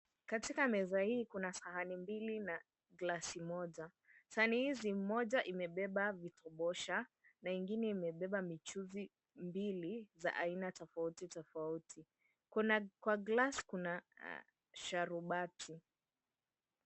Katika meza hii kuna sahani mbili na glasi moja. Sahani hizi, moja imebeba vitobosha na ingine imebeba michuzi mbili za aina tofauti tofauti. Kwa glass kuna sharubati.